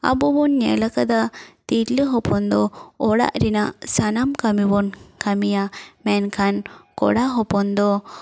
ᱟᱵᱚ ᱵᱚᱱ ᱧᱮᱞ ᱟᱠᱟᱫᱟ ᱛᱤᱨᱞᱟᱹ ᱦᱚᱯᱚᱱ ᱫᱚ ᱚᱲᱟᱜ ᱨᱮᱱᱟᱜ ᱥᱟᱱᱟᱢ ᱠᱟᱹᱢᱤ ᱵᱚᱱ ᱠᱟᱹᱢᱤᱭᱟ ᱢᱮᱱᱠᱷᱟᱱ ᱠᱚᱲᱟ ᱦᱚᱯᱚᱱ ᱫᱚ